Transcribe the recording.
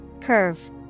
Curve